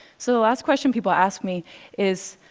so, the last question people ask me is,